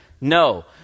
No